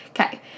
Okay